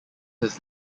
his